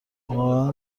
واقعا